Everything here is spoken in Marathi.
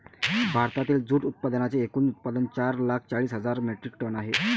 भारतातील जूट उत्पादनांचे एकूण उत्पादन चार लाख चाळीस हजार मेट्रिक टन आहे